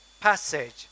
passage